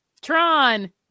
tron